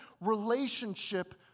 relationship